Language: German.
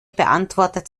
beantwortet